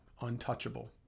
untouchable